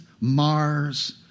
mars